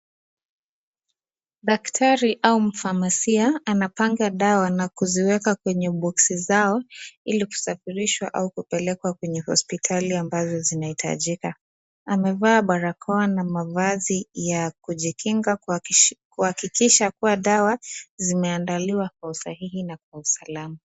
Daktari au mfamasia anapanga dawa na kuziweka kwenye boksi zao ili kusafirishwa au kupeleka kwenye hospitali ambazo zinahitajika. Amevaa barakoa na mavazi ya kujikinga kuhakikisha kuwa dawa zimeandaliwa kwa usahihi na kwa usalama.